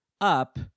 up